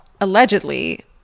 allegedly